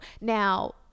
Now